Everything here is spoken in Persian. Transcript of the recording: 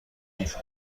گوش